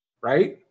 right